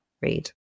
read